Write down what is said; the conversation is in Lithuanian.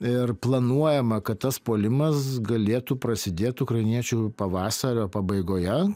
ir planuojama kad tas puolimas galėtų prasidėt ukrainiečių pavasario pabaigoje